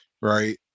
right